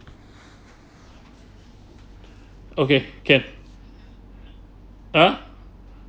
okay can ah